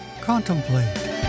Contemplate